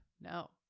No